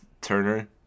Turner